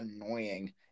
annoying